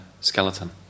skeleton